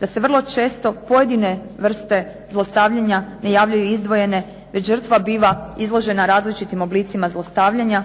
da se vrlo često pojedine vrste zlostavljanja ne javljaju izdvojene već žrtva biva izložena različitim oblicima zlostavljanja,